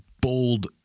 bold